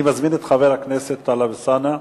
אני מזמין את חבר הכנסת טלב אלסאנע.